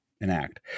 enact